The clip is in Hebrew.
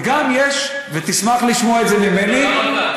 וגם יש, ותשמח לשמוע את זה ממני, למה כאן?